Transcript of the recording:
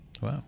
Wow